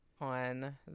on